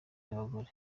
y’abagore